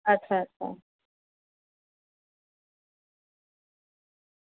અચ્છા અચ્છા